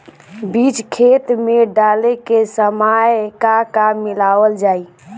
बीज खेत मे डाले के सामय का का मिलावल जाई?